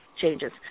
changes